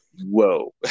whoa